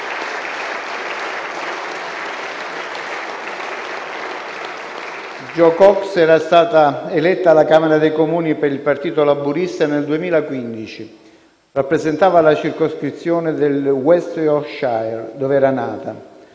Jo Cox era stata eletta alla Camera dei comuni per il partito laburista nel 2015, rappresentava la circoscrizione del West Yorkshire, dove era nata.